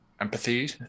empathy